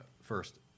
first